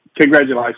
Congratulations